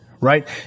right